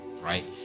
right